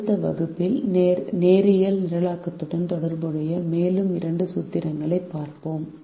அடுத்த வகுப்பில் நேரியல் நிரலாக்கத்துடன் தொடர்புடைய மேலும் இரண்டு சூத்திரங்களைப் பார்ப்போம்